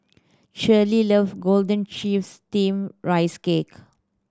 Cheryle love golden chives Steamed Rice Cake